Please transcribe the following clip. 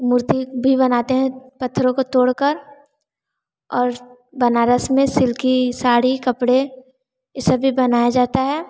मूर्ति भी बनाते हैं पत्थरों को तोड़कर और बनारस में सिल्क की साड़ी कपड़े यह सब भी बनाया जाता है